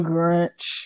Grinch